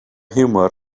hiwmor